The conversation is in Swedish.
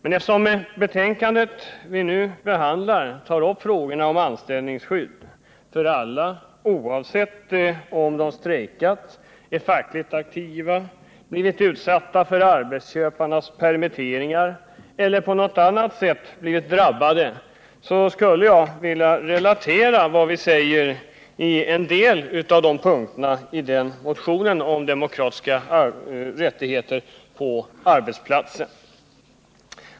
Eftersom det utskottsbetänkande som vi nu behandlar tar upp frågorna om anställningsskydd för alla — oavsett om de strejkat, är fackligt aktiva, blivit utsatta för arbetsköparnas permitteringar eller på något annat sätt blivit drabbade — skulle jag vilja relatera vad vi säger i en del av punkterna i vår motion om demokratiska rättigheter på arbetsplatsen.